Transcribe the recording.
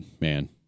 Man